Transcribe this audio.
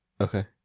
Okay